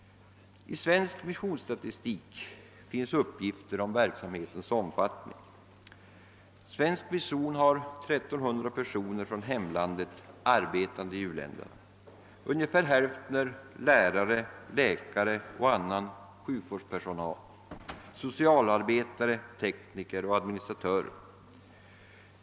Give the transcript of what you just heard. I svensk missionsstatistik finns uppgifter om verksamhetens omfattning. Svensk mission har 1300 personer från hemlandet arbetande i u-länderna. Ungefär hälften är lärare, läkare och annan sjukvårdspersonal, socialarbetare, tekniker och administratörer.